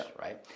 right